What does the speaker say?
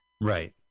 Right